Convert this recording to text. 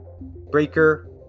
Breaker